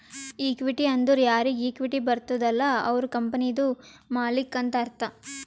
equity ಅಂದುರ್ ಯಾರಿಗ್ equity ಬರ್ತುದ ಅಲ್ಲ ಅವ್ರು ಕಂಪನಿದು ಮಾಲ್ಲಿಕ್ ಅಂತ್ ಅರ್ಥ